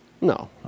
No